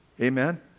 Amen